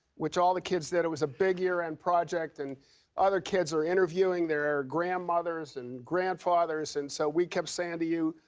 which all the kids did. it was a big year-end project. and other kids are interviewing their grandmothers and grandfathers. and so, we kept saying to you,